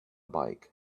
bike